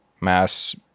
mass